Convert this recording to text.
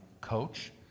coach